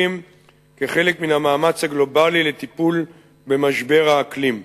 כחלק מן המאמץ הגלובלי לטיפול במשבר האקלים.